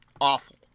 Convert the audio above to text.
awful